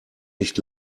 nicht